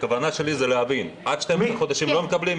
הכוונה שלי שיהיה ברור עד 12 חודשים לא מקבלים.